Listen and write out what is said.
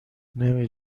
نمی